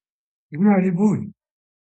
pusė maskvos patriarchato yra ukrainoje